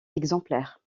exemplaire